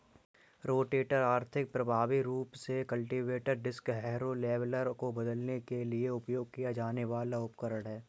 rotator आर्थिक, प्रभावी रूप से कल्टीवेटर, डिस्क हैरो, लेवलर को बदलने के लिए उपयोग किया जाने वाला उपकरण है